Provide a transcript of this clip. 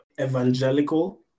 evangelical